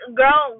girl